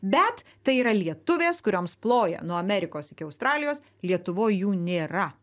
bet tai yra lietuvės kurioms ploja nuo amerikos iki australijos lietuvoj jų nėra